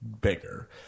bigger